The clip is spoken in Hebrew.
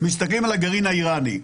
מסתכלים על הגרעין האיראני.